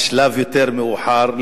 בשלב יותר מאוחר,